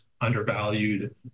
undervalued